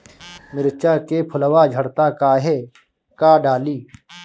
मिरचा के फुलवा झड़ता काहे का डाली?